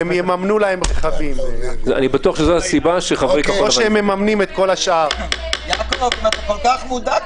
אם כך, כל ההסתייגויות של עופר כסיף לא התקבלו.